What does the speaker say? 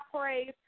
Praise